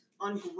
On